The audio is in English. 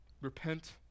Repent